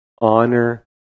honor